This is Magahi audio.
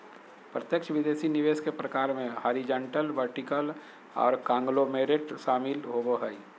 प्रत्यक्ष विदेशी निवेश के प्रकार मे हॉरिजॉन्टल, वर्टिकल आर कांगलोमोरेट शामिल होबो हय